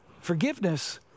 Forgiveness